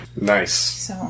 Nice